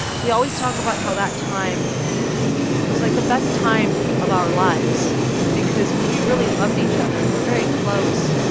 we always talk about how that time was, like, the best time of our lives because we really loved each other. we're very close.